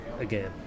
again